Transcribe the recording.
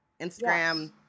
Instagram